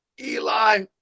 Eli